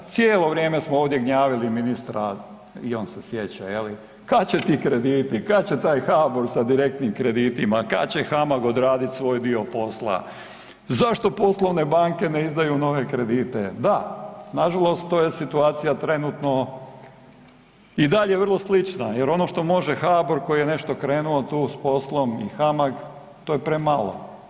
Cijelo vrijeme smo ovdje gnjavili ministra i on se sjeća, je li, kad će ti krediti, kad će taj HBOR sa direktnim kreditima kad će HAMAG odraditi svoj dio posla, zašto poslovne banke ne izdaju nove kredite, da, nažalost to je situacija trenutno i dalje vrlo slična jer ono što može HBOR koji je nešto krenuo tu s poslom i HAMAG to je premalo.